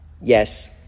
yes